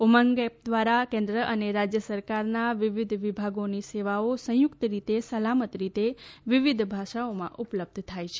ઉમંગ app ઉપર કેન્દ્ર તથા રાજ્ય સરકારના વિવિધ વિભાગોની સેવાઓ સંયુક્ત રીતે સલામત રીતે વિવિધ ભાષાઓમાં ઉપલબ્ધ થાય છે